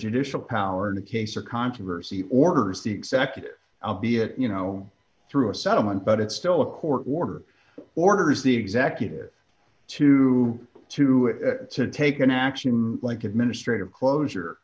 judicial power in a case or controversy orders the executive albeit you know through a settlement but it's still a court order orders the executive to to take an action like administrative closure